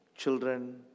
children